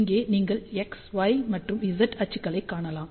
இங்கே நீங்கள் x y மற்றும் z அச்சுகளைக் காணலாம்